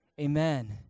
Amen